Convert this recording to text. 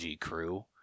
crew